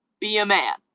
be a man.